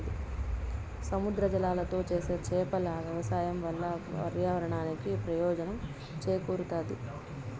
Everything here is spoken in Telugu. సముద్ర జలాలతో చేసే చేపల వ్యవసాయం వల్ల పర్యావరణానికి ప్రయోజనం చేకూరుతాది